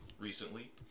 recently